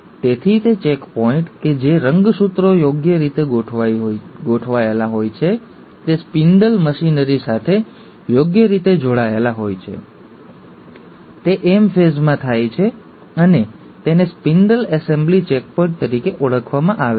તેથી તે ચેકપોઇન્ટ કે જે રંગસૂત્રો યોગ્ય રીતે ગોઠવાયેલા હોય છે તે સ્પિન્ડલ મશીનરી સાથે યોગ્ય રીતે જોડાયેલા હોય છે તે M ફેઝમાં થાય છે અને તેને સ્પિન્ડલ એસેમ્બલી ચેકપોઇન્ટ તરીકે ઓળખવામાં આવે છે